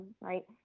right